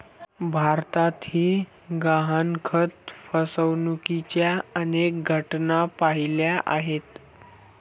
भारतातही गहाणखत फसवणुकीच्या अनेक घटना पाहिल्या आहेत